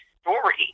story